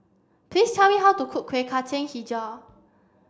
please tell me how to cook Kueh Kacang Hijau